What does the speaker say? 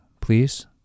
please